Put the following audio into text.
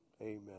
Amen